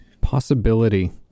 possibility